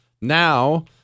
Now